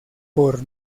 por